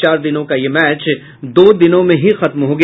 चार दिनों का यह मैच दो दिनों में ही खत्म हो गया